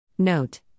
Note